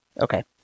Okay